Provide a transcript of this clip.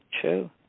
True